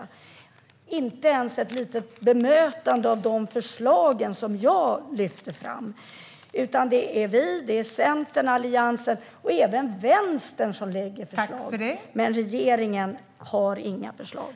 Jag har inte ens fått något litet bemötande av de förslag som jag lyfte fram. Det är vi, Centern, Alliansen och även Vänstern som kommer med förslag, men regeringen har inga förslag.